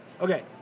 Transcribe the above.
Okay